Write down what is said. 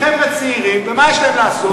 חבר'ה צעירים, מה יש להם לעשות?